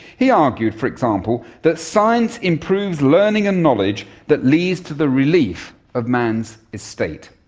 he argued, for example, that science improves learning and knowledge that leads to the relief of man's estate.